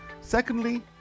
Secondly